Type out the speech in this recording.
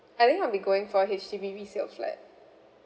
I think I'll be going for H_D_B resale flat